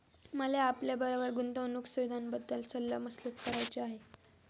मला आपल्याबरोबर गुंतवणुक सुविधांबद्दल सल्ला मसलत करायची आहे